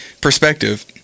perspective